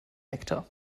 nektar